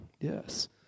yes